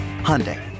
Hyundai